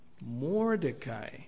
Mordecai